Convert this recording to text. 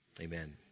Amen